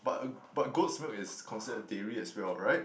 but but goat's milk is considered dairy as well right